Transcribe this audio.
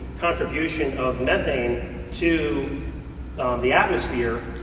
contribution of methane to the atmosphere.